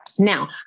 Now